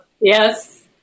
yes